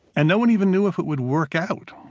and no one even knew if it would work out.